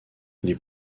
les